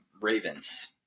Ravens